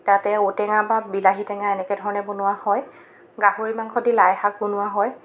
তাতে ঔ টেঙা বা বিলাহী টেঙা এনেকুৱা ধৰণে বনোৱা হয় গাহৰি মাংস দি লাইশাক বনোৱা হয়